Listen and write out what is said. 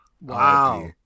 Wow